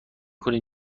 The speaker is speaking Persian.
کنید